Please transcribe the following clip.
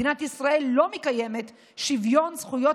מדינת ישראל לא מקיימת שוויון זכויות